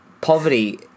Poverty